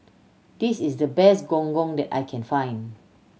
this is the best Gong Gong that I can find